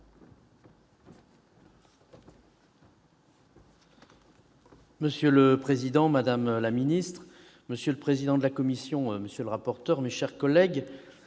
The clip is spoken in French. Monsieur le président, madame la ministre, monsieur le vice-président de la commission, monsieur le rapporteur, mes chers collègues,